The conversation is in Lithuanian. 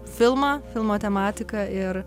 filmą filmo tematiką ir